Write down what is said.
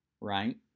right